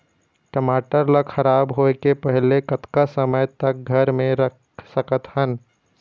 टमाटर ला खराब होय के पहले कतका समय तक घर मे रख सकत हन?